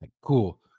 cool